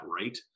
right